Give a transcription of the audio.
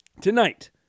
tonight